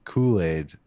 Kool-Aid